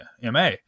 MA